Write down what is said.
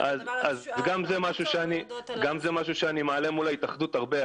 וזה עוד דבר שאני מעלה מול ההתאחדות הרבה,